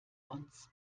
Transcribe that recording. uns